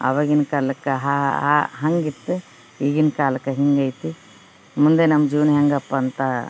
ಆವಾಗಿನ ಕಾಲಕ್ಕೆ ಹಂಗಿತ್ತು ಈಗಿನ ಕಾಲಕ್ಕೆ ಹಿಂಗೈತಿ ಮುಂದೆ ನಮ್ಮ ಜೀವನ ಹೆಂಗಪ್ಪಂತ